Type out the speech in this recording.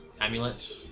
amulet